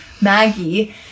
Maggie